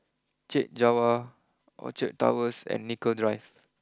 Chek Jawa Orchard Towers and Nicoll Drive